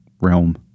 realm